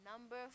Number